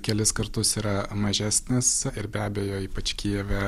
kelis kartus yra mažesnis ir be abejo ypač kijeve